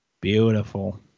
Beautiful